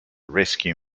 rescue